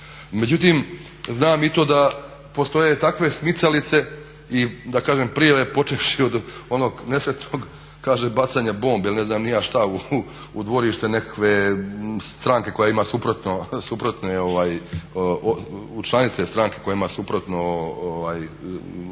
Međutim, znam i to da postoje i takve smicalice i da kažem prijave počevši od onog nesretnog kaže bacanja bombi ili ne znam ni ja šta u dvorište nekakve stranke koja ima suprotne, članice stranke koja ima suprotno, oprečno